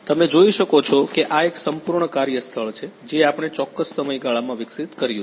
તમે જોઈ શકો છો કે આ એક સંપૂર્ણ કાર્યસ્થળ છે જે આપણે ચોક્કસ સમયગાળામાં વિકસિત કર્યું છે